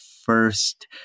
first